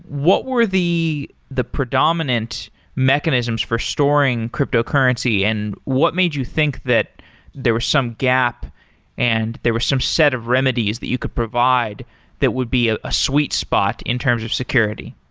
what were the the predominant mechanisms for storing cryptocurrency and what made you think that there were some gap and there were some set of remedies that you could provide that would be a ah sweet spot in terms of security?